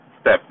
step